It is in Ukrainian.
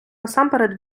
насамперед